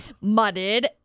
mudded